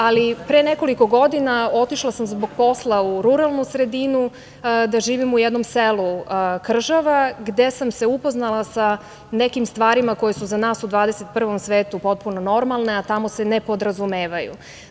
Ali pre nekoliko godina otišla sam zbog posla u ruralnu sredinu da živim u jednom selu Kržava, gde sam se upoznala sa nekim stvarima koje su za nas u 21. veku potpuno normalne, a tamo se ne podrazumevaju.